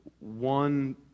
one